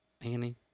Annie